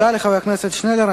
תודה לחבר הכנסת שנלר.